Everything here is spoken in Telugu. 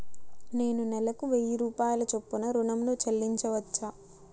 నేను నెలకు వెయ్యి రూపాయల చొప్పున ఋణం ను చెల్లించవచ్చా?